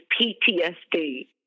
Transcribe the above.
PTSD